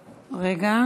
שנייה.